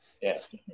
yes